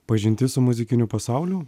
pažintis su muzikiniu pasauliu